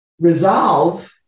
resolve